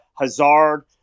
Hazard